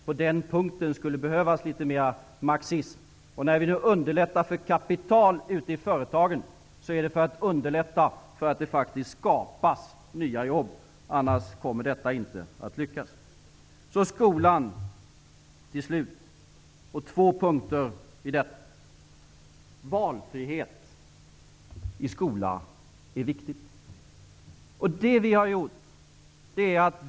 På den punkten skulle det behövas litet mer marxism. När vi underlättar för kapital ute i företagen är det för att underlätta att det skapas nya jobb. Om vi inte gör det kommer detta inte att lyckas. Låt mig till slut ta upp två punkter när det gäller skolan. Valfrihet i skolan är viktigt.